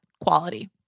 quality